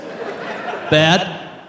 Bad